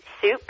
soup